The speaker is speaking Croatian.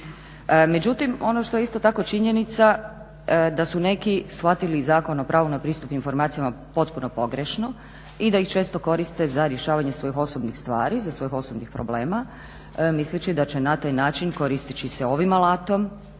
Međutim, ono što je isto tako činjenica da su neki shvatili i Zakon o pravu na pristup informacijama potpuno pogrešno i da ih često koriste za rješavanje svojih osobnih stvari, za svoje osobne probleme misleći da će na taj način koristeći se ovim alatom